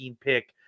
pick